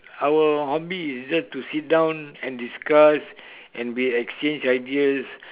our hobby is just to sit down and discuss and we exchange ideas